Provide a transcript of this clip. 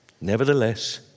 Nevertheless